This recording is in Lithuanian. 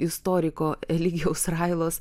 istoriko eligijaus railos